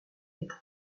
est